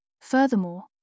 Furthermore